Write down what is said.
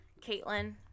Caitlin